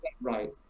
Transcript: right